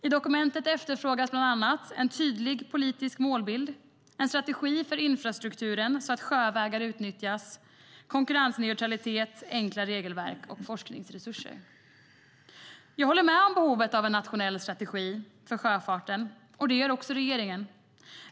I dokumentet efterfrågas bland annat en tydlig politisk målbild, en strategi för infrastrukturen så att sjövägar utnyttjas, konkurrensneutralitet, enkla regelverk och forskningsresurser. Jag håller med om behovet av en nationell strategi för sjöfarten, och det gör också regeringen.